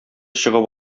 чыгып